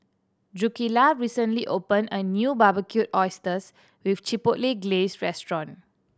Drucilla recently opened a new Barbecued Oysters with Chipotle Glaze Restaurant